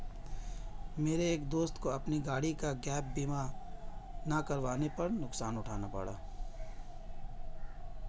मेरे एक दोस्त को अपनी गाड़ी का गैप बीमा ना करवाने पर नुकसान उठाना पड़ा